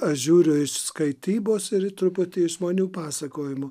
aš žiūriu iš skaitybos ir truputį iš žmonių pasakojimų